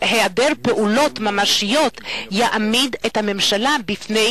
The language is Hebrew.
פעולות ממשיות יעמיד את הממשלות בפני